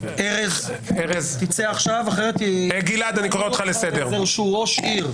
עכשיו, אחרת ימנו אותך לאיזשהו ראש עיר.